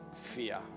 fear